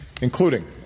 including